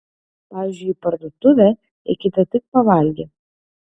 pavyzdžiui į parduotuvę eikite tik pavalgę